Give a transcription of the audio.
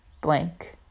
blank